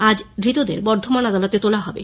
আজ ধৃতদের বর্ধমান আদালতে তোলা হবে